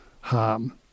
harm